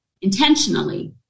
intentionally